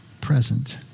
present